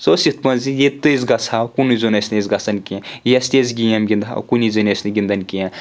سۄ ٲس یِتھ پٲٹھۍ زِ ییٚتہِ تہِ أسۍ گژھو کُنُے زوٚن ٲسۍ نہٕ أسۍ گژھان کینٛہہ یَس تہِ أسۍ گیم گِنٛدٕ ہا کُنے زَنۍ ٲسۍ نہٕ گِنٛدان کینٛہہ